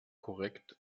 korrekt